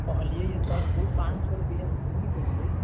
कहलियै यऽ सर ओ पाॅंच सए रुपैआ सऽ की होतै